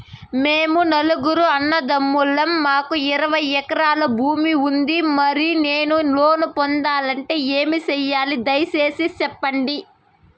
మేము నలుగురు అన్నదమ్ములం మాకు ఇరవై ఎకరాల భూమి ఉంది, మరి నేను లోను పొందాలంటే ఏమి సెయ్యాలి? దయసేసి సెప్పండి?